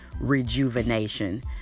rejuvenation